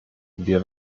wir